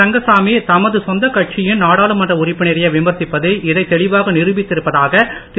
ரங்கசாமி தமைது சொந்தக் கட்சியின் நாடாளுமன்ற உறுப்பினரையே விமர்சிப்பது இதைத் தெளிவாக நிரூபித்திருப்பதாக திரு